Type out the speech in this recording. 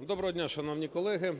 Доброго дня, шановні колеги!